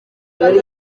yari